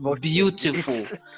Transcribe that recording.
beautiful